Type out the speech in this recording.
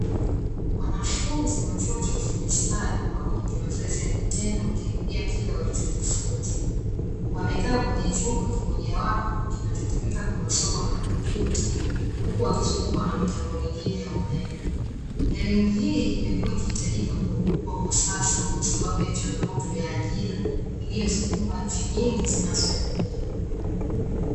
Wafundi stadi wako kwenye mafunzo ya vitendo ya kile walichojifunza, wapo kwenye chumba mmoja wapo kinachotumika kwenye masomo ya kimpyuta, huku wakizungukwa na mitambo mengine ya umeme. Elimu hii imekuwa ikihitajika kwa ukubwa kwa sasa kwasababu ya changamoto ya ajira zinazoendelea